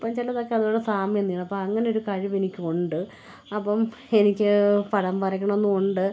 അപ്പം ചിലതൊക്കെ അതിനോട് സാമ്യം തോന്നും അപ്പോൾ അങ്ങനെയൊരു കഴിവെനിക്കുണ്ട് അപ്പം എനിക്ക് പടം വരയ്ക്കണമെന്നുണ്ട്